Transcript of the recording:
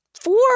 four